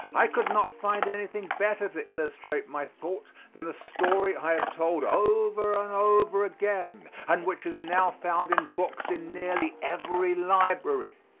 i could not find anything better to illustrate my thought than a story i have told over and over again, and which is now found in books in nearly every library.